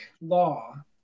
law